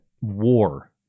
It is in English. war